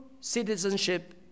citizenship